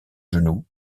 genou